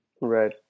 Right